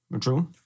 True